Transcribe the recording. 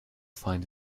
find